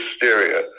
hysteria